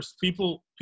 people